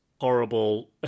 horrible